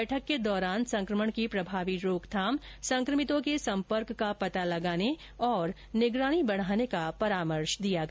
बैठक के दौरान संकमण की प्रभावी रोकथाम संक्रमितों के सम्पर्क का पता लगाने और निगरानी बढ़ाने का परामर्श दिया गया